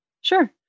Sure